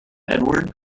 edward